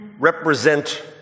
represent